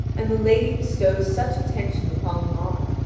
and the lady bestows such attention upon them all,